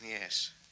Yes